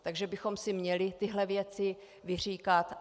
Takže bychom si měli tyto věci vyříkat.